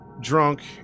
drunk